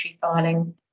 filing